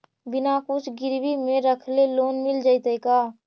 बिना कुछ गिरवी मे रखले लोन मिल जैतै का?